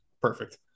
perfect